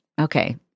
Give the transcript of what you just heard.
okay